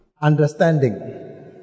understanding